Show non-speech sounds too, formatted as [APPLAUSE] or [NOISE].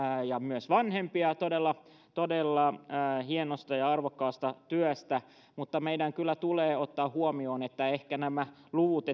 ja myös vanhempia todella todella hienosta ja ja arvokkaasta työstä mutta meidän kyllä tulee ottaa huomioon että ehkä nämä luvut [UNINTELLIGIBLE]